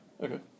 Okay